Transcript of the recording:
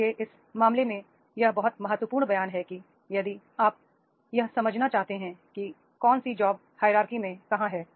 इसलिए इस मामले में यह बहुत महत्वपूर्ण बयान है कि यदि आप यह समझना चाहते हैं कि कौन सी जॉब हैरारकी में कहाँ है